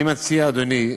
אני מציע, אדוני,